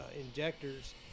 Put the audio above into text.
injectors